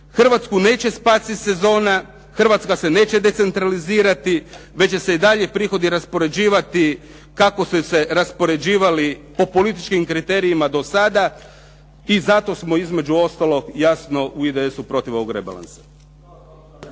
Hrvatsku neće spasiti sezona, Hrvatska se neće decentralizirati, već će se i dalje prihodi raspoređivati kako su se raspoređivali po političkim kriterijima do sada i zato smo između ostalog jasno u IDS-u protiv ovog rebalansa.